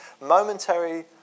momentary